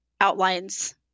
outlines